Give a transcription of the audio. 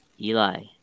Eli